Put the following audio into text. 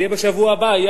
זה יהיה בשבוע הבא.